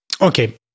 okay